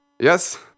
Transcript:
yes